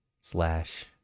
slash